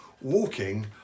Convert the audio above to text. walking